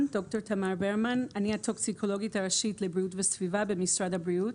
אני הטוקסיקולוגית הראשית לבריאות וסביבה במשרד הבריאות.